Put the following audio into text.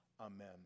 amen